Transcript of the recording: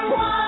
one